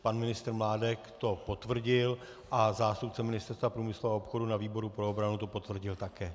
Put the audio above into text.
Pan ministr Mládek to potvrdil a zástupce Ministerstva průmyslu a obchodu na výboru pro obranu to potvrdil také.